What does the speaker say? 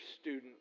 student